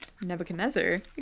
nebuchadnezzar